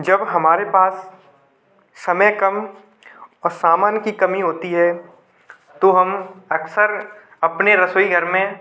जब हमारे पास समय कम और सामान की कमी होती है तो हम अक्सर अपने रसोई घर में